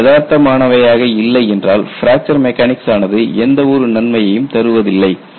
அவை யதார்த்தமானவையாக இல்லை என்றால் பிராக்சர் மெக்கானிக்ஸ் ஆனது எந்த ஒரு நன்மையையும் தருவதில்லை